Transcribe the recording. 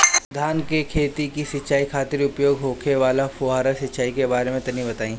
धान के खेत की सिंचाई खातिर उपयोग होखे वाला फुहारा सिंचाई के बारे में तनि बताई?